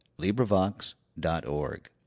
LibriVox.org